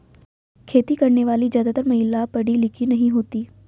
खेती करने वाली ज्यादातर महिला पढ़ी लिखी नहीं होती